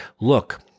look